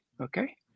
Okay